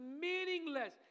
meaningless